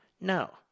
No